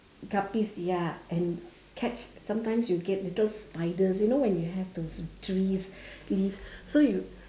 guppies ya and catch sometimes you get little spiders you know when have those trees leaves so you